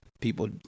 people